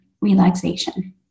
relaxation